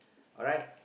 alright